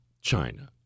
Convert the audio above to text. China